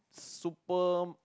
super